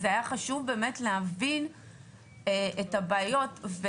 אז היה חשוב באמת להבין את הבעיות.